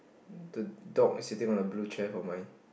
the dog is sitting on a blue chair for mine